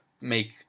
make